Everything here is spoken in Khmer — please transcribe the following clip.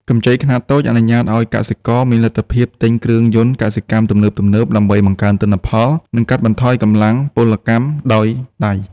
កម្ចីខ្នាតតូចអនុញ្ញាតឱ្យកសិករមានលទ្ធភាពទិញគ្រឿងយន្តកសិកម្មទំនើបៗ ដើម្បីបង្កើនទិន្នផល និងកាត់បន្ថយកម្លាំងពលកម្មដោយដៃ។